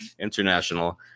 International